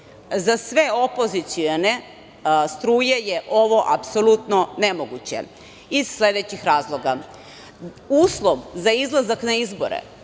Za sve opozicione struje je ovo apsolutno nemoguće iz sledećih razloga. Uslov za izlazak na izbore